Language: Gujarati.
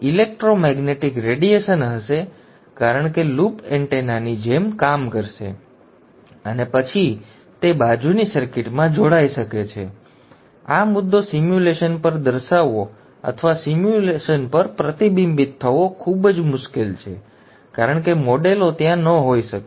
ઇલેક્ટ્રોમેગ્નેટિક રેડિયેશન હશે કારણ કે લૂપ એન્ટેના ની જેમ કામ કરશે અને પછી તે પડોશી સર્કિટમાં જોડાઈ શકે છે અને આ મુદ્દો સિમ્યુલેશન પર દર્શાવવો અથવા સિમ્યુલેશન પર પ્રતિબિંબિત થવો ખૂબ જ મુશ્કેલ છે કારણ કે મોડેલો ત્યાં ન હોઈ શકે